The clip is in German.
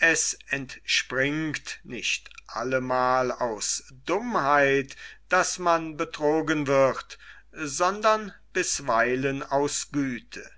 es entspringt nicht allemal aus dummheit daß man betrogen wird sondern bisweilen aus güte